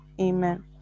Amen